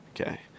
okay